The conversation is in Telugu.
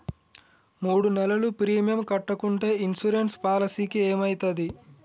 మూడు నెలలు ప్రీమియం కట్టకుంటే ఇన్సూరెన్స్ పాలసీకి ఏమైతది?